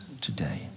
today